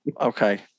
okay